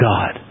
God